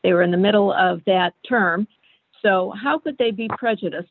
they were in the middle of that term so how could they be prejudiced